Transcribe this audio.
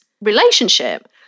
relationship